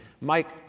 Mike